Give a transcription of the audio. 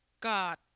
god